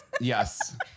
yes